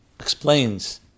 explains